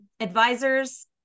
Advisors